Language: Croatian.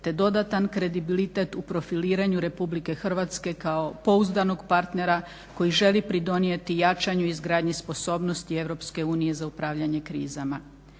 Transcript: te dodatan kredibilitet u profiliranju RH kao pouzdanog partnera koji želi pridonijeti jačanju izgradnji sposobnosti EU za upravljanje krizama.